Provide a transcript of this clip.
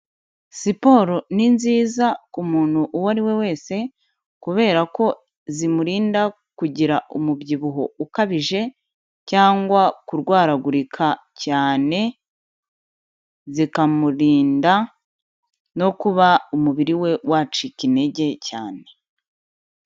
Siporo ni nziza ku muntu uwo ari we wese, kubera ko zimurinda kugira umubyibuho ukabije, cyangwa kurwaragurika cyane, zikamurinda no kuba umubiri we wacika intege cyane.